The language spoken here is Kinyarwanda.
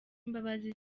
imbabazi